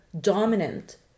dominant